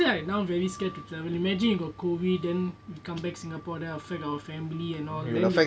but honestly right now very scared to travel imagine got COVID then we come back singapore then affect our family and all then